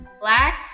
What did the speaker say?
black